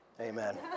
Amen